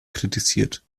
kritisiert